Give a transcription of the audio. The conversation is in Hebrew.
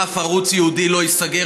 אף ערוץ ייעודי לא ייסגר,